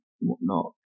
whatnot